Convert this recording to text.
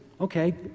okay